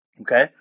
Okay